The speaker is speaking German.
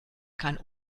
kann